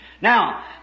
Now